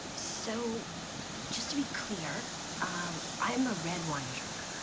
so just to be clear i am a red wine drink